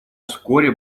вскоре